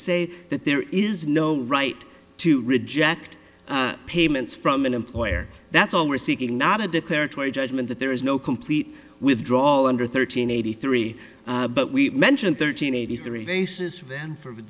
say that there is no right to reject payments from an employer that's all we're seeking not a declaratory judgment that there is no complete withdrawal under thirteen eighty three but we mentioned thirteen eighty three basis then for